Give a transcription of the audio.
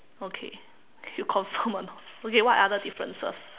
okay you confirm or not okay what other differences